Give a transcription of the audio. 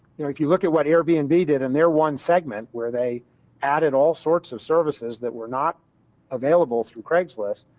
you know if you look at what airbnb did in their one segment, where they added all sorts of services, that were not available through craigslist,